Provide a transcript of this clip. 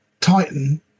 Titan